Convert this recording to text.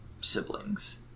siblings